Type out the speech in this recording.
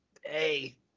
Hey